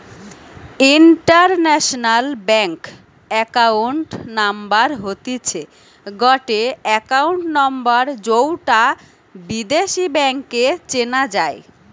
international bank account number হতিছে গটে account number যৌটা বিদেশী ব্যাংকে চেনা যাই